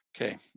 okay